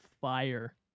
fire